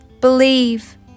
Believe